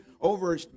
over